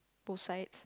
both sides